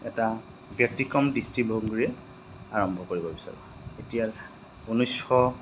এটা ব্যতিক্ৰম দৃষ্টিভংগীৰে আৰম্ভ কৰিব বিচাৰোঁ এতিয়া ঊনৈছশ